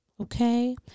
Okay